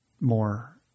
more